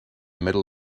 middle